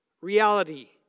reality